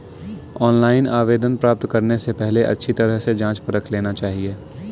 online आवेदन प्राप्त करने से पहले अच्छी तरह से जांच परख लेना चाहिए